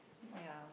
ya